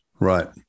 Right